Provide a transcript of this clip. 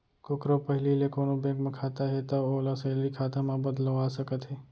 कोकरो पहिली ले कोनों बेंक म खाता हे तौ ओला सेलरी खाता म बदलवा सकत हे